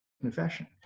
confession